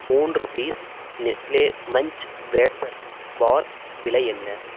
மூன்று piece Nestle Munch wafer bar விலை என்ன